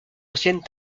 ancienne